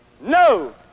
No